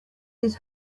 his